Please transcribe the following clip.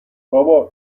بابا